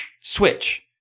switch